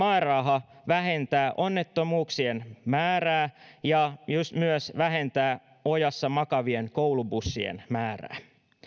määräraha vähentää onnettomuuksien määrää ja myös vähentää ojassa makaavien koulubussien määrää